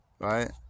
Right